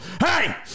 Hey